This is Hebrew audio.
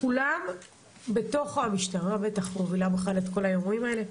בתוך המשטרה שבטח מובילה את כל האירועים האלה,